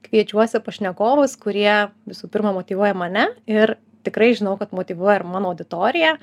kviečiuosi pašnekovus kurie visų pirma motyvuoja mane ir tikrai žinau kad motyvuoja ir mano auditoriją